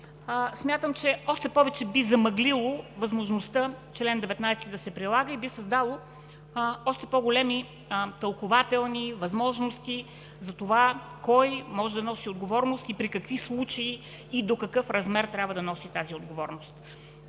смятам, че още повече би замъглило възможността чл. 19 да се прилага и би създало още по-големи тълкувателни възможности за това кой може да носи отговорност и при какви случаи и до какъв размер трябва да носи тази отговорност.